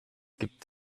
gibt